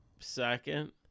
Second